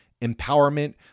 Empowerment